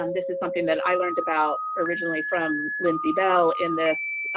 um this is something that i learned about originally from lindsey bell. in this,